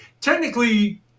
technically